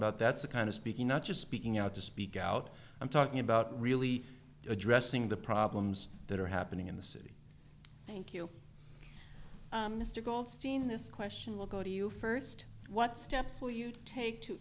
about that's the kind of speaking not just speaking out to speak out i'm talking about really addressing the problems that are happening in the city thank you mr goldstein this question will go to you first what steps will you take to